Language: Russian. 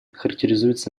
характеризуется